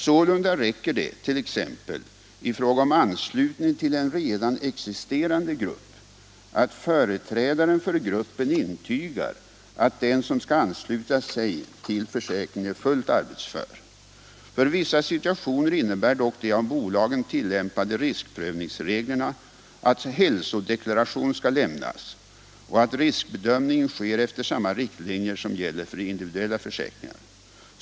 Sålunda räcker det t.ex. i fråga om anslutning till en redan existerande grupp att företrädaren för gruppen intygar att den som skall ansluta sig till försäkringen är fullt arbetsför. För vissa situationer innebär dock de av bolagen tillämpade riskprövningsreglerna att hälsodeklaration skall lämnas och att riskbedömningen sker efter samma riktlinjer som gäller för individuella livförsäkringar.